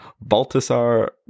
baltasar